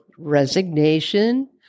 resignation